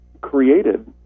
created